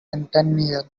centennial